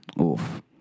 oof